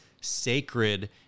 sacred